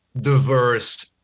diverse